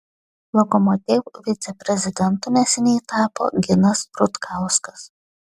lokomotiv viceprezidentu neseniai tapo ginas rutkauskas